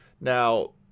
now